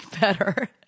better